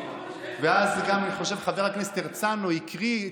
ואני חושב שאז גם חבר הכנסת הרצנו הקריא,